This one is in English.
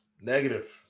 Negative